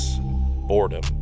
Boredom